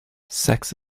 sex